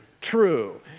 true